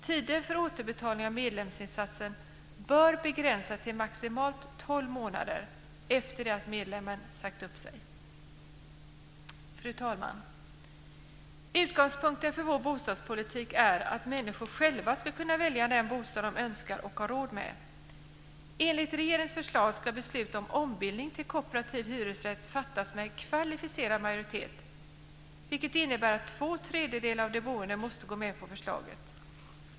Tiden för återbetalning av medlemsinsatsen bör begränsas till maximalt tolv månader efter det att medlemmen sagt upp sig. Fru talman! Utgångspunkten för vår bostadspolitik är att människor själva ska kunna välja den bostad de önskar och har råd med. Enligt regeringens förslag ska beslut om ombildning till kooperativ hyresrätt fattas med kvalificerad majoritet, vilket innebär att två tredjedelar av de boende måste gå med på förslaget.